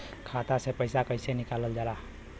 खाता से पैसा कइसे निकालल जाला?